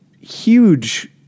huge